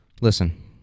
Listen